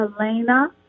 Elena